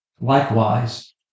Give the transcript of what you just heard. Likewise